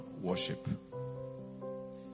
worship